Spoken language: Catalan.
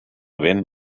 ben